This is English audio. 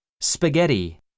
Spaghetti